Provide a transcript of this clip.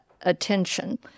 attention